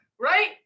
Right